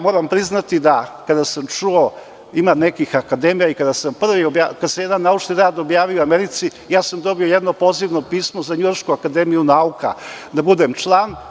Moram priznati da, kada sam čuo da ima nekih akademija, kada sam jedan naučni rad objavio u Americi, dobio sam jedno pozivno pismo za Njujoršku akademiju nauka, da budem član.